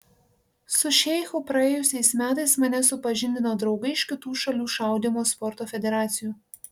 su šeichu praėjusiais metais mane supažindino draugai iš kitų šalių šaudymo sporto federacijų